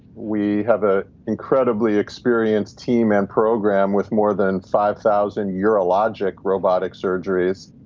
we have a incredibly experienced team and program with more than five thousand urological robotic surgeries,